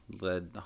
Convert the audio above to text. led